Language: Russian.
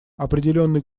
определенный